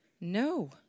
No